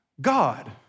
God